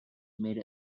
made